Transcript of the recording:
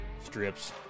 strips